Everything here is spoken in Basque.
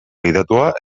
gidatua